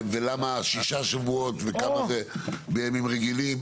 ולמה שישה שבועות וכמה זה בימים רגילים.